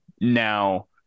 Now